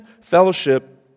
fellowship